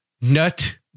Nut